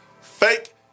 fake